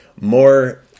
more